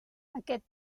aquest